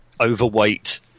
overweight